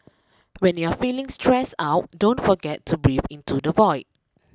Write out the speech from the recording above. when you are feeling stressed out don't forget to breathe into the void